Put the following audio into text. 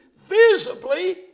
visibly